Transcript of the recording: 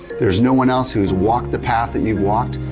there's no one else who has walked the path that you've walked,